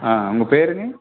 உங்கள் பேர்ங்க